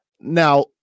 Now